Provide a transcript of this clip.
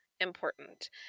important